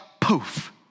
poof